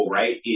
right